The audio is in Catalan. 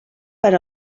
per